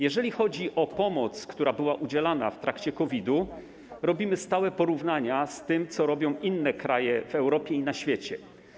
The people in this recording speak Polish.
Jeżeli chodzi o pomoc, która była udzielana w trakcie COVID-u, stale porównujemy to z tym, co robią inne kraje w Europie i na świecie.